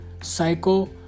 Psycho